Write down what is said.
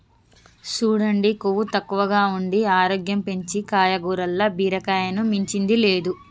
సూడండి కొవ్వు తక్కువగా ఉండి ఆరోగ్యం పెంచీ కాయగూరల్ల బీరకాయని మించింది లేదు